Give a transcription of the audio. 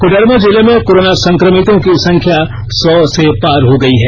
कोडरमा जिले में कोरोना संक्रमितों की संख्या सौ से पार हो गयी है